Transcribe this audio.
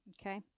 Okay